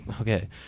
okay